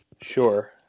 Sure